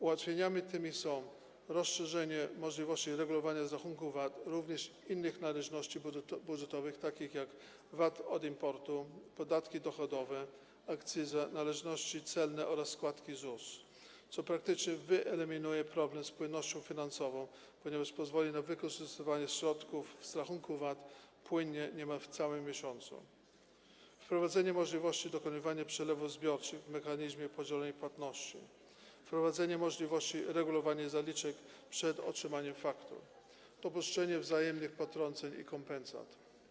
Ułatwieniami tymi są: rozszerzenie możliwości regulowania z rachunku VAT również innych należności budżetowych, takich jak VAT od importu, podatki dochodowe, akcyza, należności celne oraz składki na ZUS, co praktycznie wyeliminuje problem z płynnością finansową, ponieważ pozwoli na wykorzystywanie środków z rachunku VAT płynnie niemal w całym miesiącu; wprowadzenie możliwości dokonywania przelewów zbiorczych w ramach mechanizmu podzielonej płatności, wprowadzenie możliwości regulowania zaliczek przed otrzymaniem faktur, dopuszczenie wzajemnych potrąceń i kompensat.